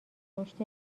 رشد